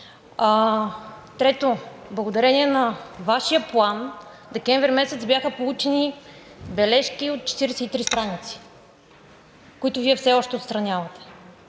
Трето, благодарение на Вашия план декември месец бяха получени бележки от 43 страници, които Вие все още отстранявате.